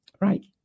Right